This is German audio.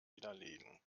widerlegen